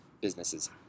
businesses